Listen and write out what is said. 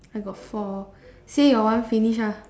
I got four say your one finish lah